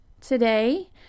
today